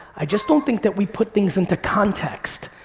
i just don't think that we put things into context.